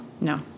No